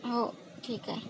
हो ठीक आहे